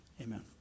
Amen